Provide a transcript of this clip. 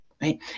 right